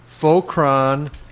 Focron